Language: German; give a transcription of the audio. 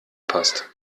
passt